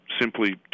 simply